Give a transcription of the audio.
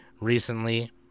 recently